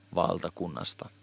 valtakunnasta